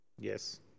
yes